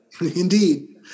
Indeed